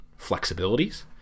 flexibilities